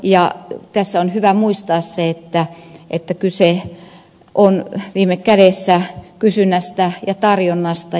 tässä on hyvä muistaa se että kyse on viime kädessä kysynnästä ja tarjonnasta